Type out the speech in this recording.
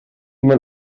mewn